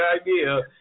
idea